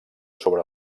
sobre